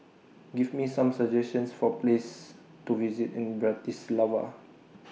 Give Me Some suggestions For Places to visit in Bratislava